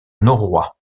noroît